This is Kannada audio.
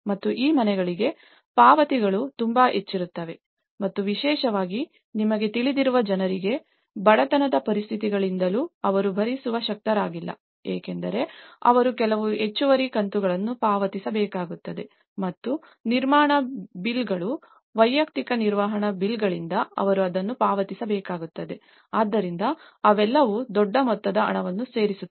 ಮತ್ತು ಈ ಮನೆಗಳಿಗೆ ಪಾವತಿಗಳುತುಂಬಾ ಹೆಚ್ಚಿರುತ್ತವೆ ಮತ್ತು ವಿಶೇಷವಾಗಿ ನಿಮಗೆ ತಿಳಿದಿರುವ ಜನರಿಗೆ ಆದ್ದರಿಂದ ಬಡತನದ ಪರಿಸ್ಥಿತಿಗಳಿಂದಲೂ ಅವರು ಭರಿಸಲು ಶಕ್ತರಾಗಿಲ್ಲ ಏಕೆಂದರೆ ಅವರು ಕೆಲವು ಹೆಚ್ಚುವರಿ ಕಂತುಗಳನ್ನು ಪಾವತಿಸಬೇಕಾಗುತ್ತದೆ ಮತ್ತು ನಿರ್ವಹಣಾ ಬಿಲ್ಗಳು ವೈಯಕ್ತಿಕ ನಿರ್ವಹಣಾ ಬಿಲ್ಗಳಿಂದ ಅವರು ಅದನ್ನು ಪಾವತಿಸಬೇಕಾಗುತ್ತದೆ ಆದ್ದರಿಂದ ಅವೆಲ್ಲವೂ ದೊಡ್ಡ ಮೊತ್ತದ ಹಣವನ್ನು ಸೇರಿಸುತ್ತವೆ